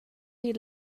you